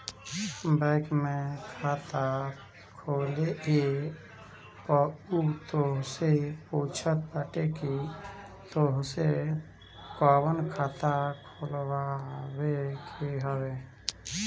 bank में खाता खोले आए पअ उ तोहसे पूछत बाटे की तोहके कवन खाता खोलवावे के हवे